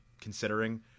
considering